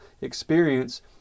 experience